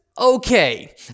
okay